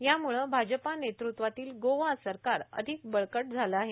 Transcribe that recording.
त्यामुळं भाजपा नेतृत्वातील गोवा सरकार अधिक वळकट झालं आहे